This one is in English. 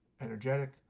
energetic